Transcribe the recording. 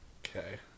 okay